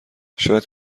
شاید